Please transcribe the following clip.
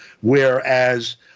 whereas